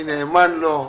אני נאמן לו.